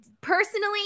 personally